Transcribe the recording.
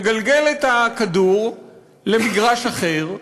מגלגל את הכדור למגרש אחר,